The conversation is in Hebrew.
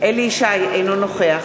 אליהו ישי, אינו נוכח